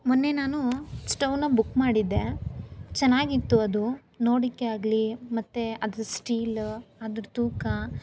ಮೊನ್ನೆ ನಾನು ಸ್ಟವನ್ನ ಬುಕ್ ಮಾಡಿದ್ದೆ ಚೆನ್ನಾಗಿತ್ತು ಅದು ನೋಡಲಿಕ್ಕೆ ಆಗಲಿ ಮತ್ತು ಅದ್ರದ್ದು ಸ್ಟೀಲು ಅದ್ರ ತೂಕ